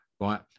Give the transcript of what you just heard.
right